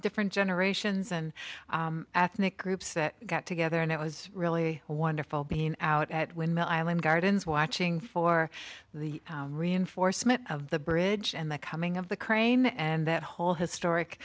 different generations and ethnic groups that got together and it was really wonderful being out at windmill island gardens watching for the reinforcement of the bridge and the coming of the crane and that whole historic